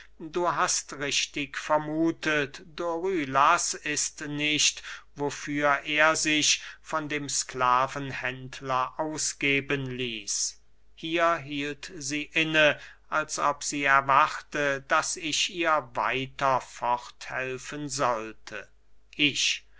du hast richtig vermuthet dorylas ist nicht wofür er sich von dem sklavenhändler ausgeben ließ hier hielt sie inne als ob sie erwarte daß ich ihr weiter fort helfen sollte ich